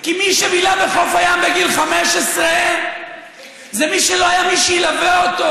כי מי שבילה בחוף הים בגיל 15 זה מי שלא היה מי שילווה אותו,